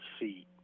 see